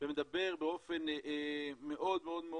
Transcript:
ומדבר באופן מאוד מאוד,